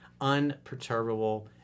unperturbable